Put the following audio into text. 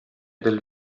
del